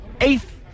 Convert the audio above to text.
eighth